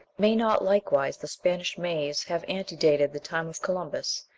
may not likewise the spanish maiz have antedated the time of columbus,